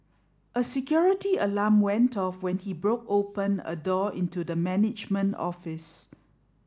a security alarm went off when he broke open a door into the management office